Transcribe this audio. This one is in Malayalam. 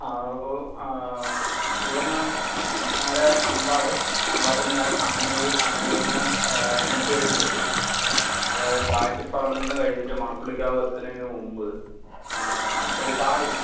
ആ അത് ഇപ്പം ഇവിടെ നിന്ന് നേരെ അമ്പാട് അമ്പാട്ടിൽ നിന്ന് നേരെ കണ്ണനൂർ കണ്ണനൂരിൽ നിന്ന് എൻ എച്ച് വഴി പിടിച്ചിട്ട് അത് കാഴ്ചപ്പറമ്പിൽ നിന്ന് കഴിഞ്ഞിട്ട് മണപ്പുള്ളിക്കാവ് എത്തണതിന് മുമ്പ് ഒരു പാലം ഉണ്ട്